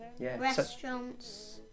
restaurants